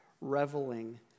reveling